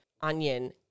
onion